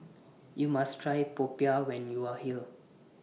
YOU must Try Popiah when YOU Are here